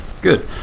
Good